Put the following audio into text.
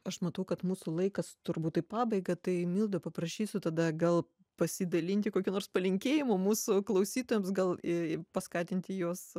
aš matau kad mūsų laikas turbūt į pabaigą tai milda paprašysiu tada gal pasidalinti kokiu nors palinkėjimu mūsų klausytojams gal i paskatinti juos